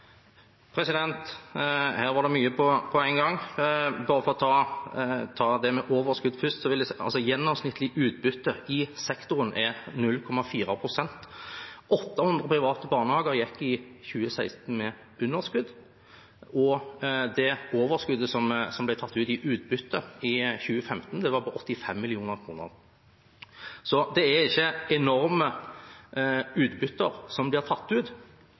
Her var det mye på en gang. Bare for å ta det med overskudd først: Gjennomsnittlig utbytte i sektoren er 0,4 pst. 800 private barnehager gikk i 2016 med underskudd, og overskuddet som ble tatt i utbytte i 2015, var på 85 mill. kr. Så det er ikke enorme utbytter som blir tatt ut.